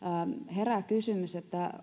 herää kysymys